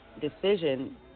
decision